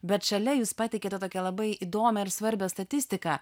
bet šalia jūs pateikiate tokią labai įdomią ir svarbią statistiką